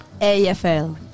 AFL